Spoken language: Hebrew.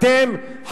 אתם,